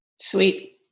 Sweet